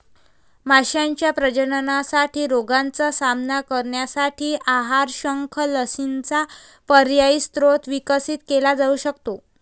माशांच्या प्रजननासाठी रोगांचा सामना करण्यासाठी आहार, शंख, लसींचा पर्यायी स्रोत विकसित केला जाऊ शकतो